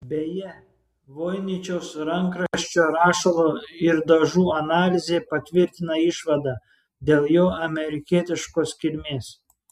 beje voiničiaus rankraščio rašalo ir dažų analizė patvirtina išvadą dėl jo amerikietiškos kilmės